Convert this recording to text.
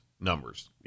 numbers